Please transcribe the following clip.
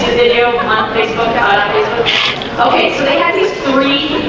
video um on facebook god okay today yeah these three